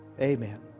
Amen